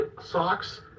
Socks